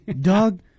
Doug